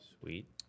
Sweet